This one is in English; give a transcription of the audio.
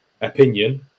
opinion